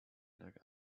like